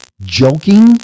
joking